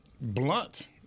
blunt